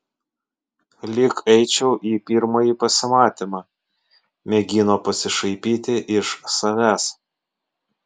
lyg eičiau į pirmąjį pasimatymą mėgino pasišaipyti iš savęs